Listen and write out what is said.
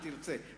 אם תרצה,